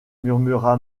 murmura